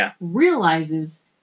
realizes